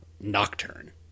Nocturne